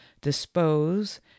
dispose